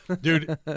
Dude